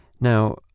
Now